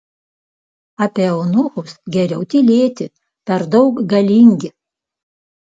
apie eunuchus geriau tylėti per daug galingi